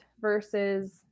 versus